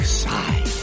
side